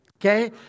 Okay